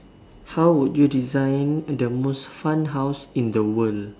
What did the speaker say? how would you design the most fun house in the world